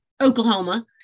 oklahoma